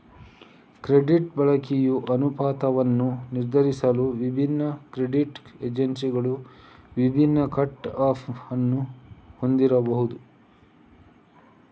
credit ಬಳಕೆಯ ಅನುಪಾತವನ್ನು ನಿರ್ಧರಿಸಲು ವಿಭಿನ್ನ ಕ್ರೆಡಿಟ್ ಏಜೆನ್ಸಿಗಳು ವಿಭಿನ್ನ ಕಟ್ ಆಫ್ ಅನ್ನು ಹೊಂದಿರಬಹುದು